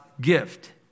gift